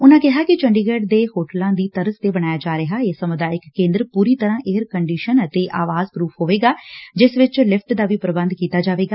ਉਨਾਂ ਕਿਹਾ ਕਿ ਚੰਡੀਗੜ ਦੇ ਆਲੀਸ਼ਾਨ ਹੋਟਲਾਂ ਦੀ ਤਰਜ਼ ਤੇ ਬਣਾਇਆ ਜਾ ਰਿਹਾ ਇਹ ਸਮੁਦਾਇਕ ਕੇਂਦਰ ਪੁਰੀ ਤਰਾਂ ਏਅਰ ਕੰਡੀਸ਼ਨਡ ਅਤੇ ਆਵਾਜ ਪਰੁਫ਼ ਹੋਵੇਗਾ ਜਿਸ ਵਿਚ ਲਿਫ਼ਟ ਦਾ ਵੀ ਪ੍ਰਬੰਧ ਕੀਤਾ ਜਾਵੇਗਾ